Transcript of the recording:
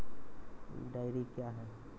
Dairy क्या हैं?